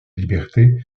liberté